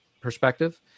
perspective